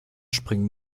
springen